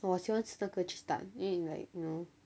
我喜欢这个 cheese tart you eat like you know